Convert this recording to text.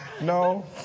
No